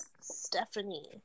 Stephanie